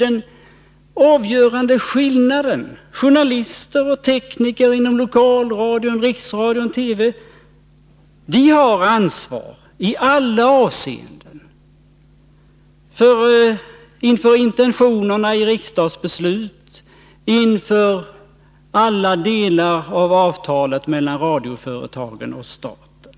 2 juni 1982 Journalister och tekniker inom lokalradion, riksradion och TV har i alla avseenden ansvar för att de följer intentionerna i riksdagens beslut och att de Närradioverksamtill alla delar följer avtalen mellan företaget och staten.